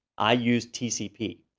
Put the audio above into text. i use tcp.